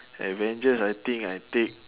avengers I think I take